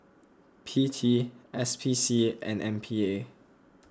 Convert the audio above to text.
P T S P C and M P A